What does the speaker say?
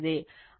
ಆದ್ದರಿಂದ Φ0 78